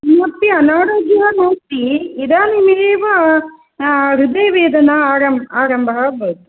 नास्ति अनारोग्यः नास्ति इदानीमेव हृदयवेदना आरम्भ् आरम्भः अभूत्